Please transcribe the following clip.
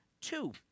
two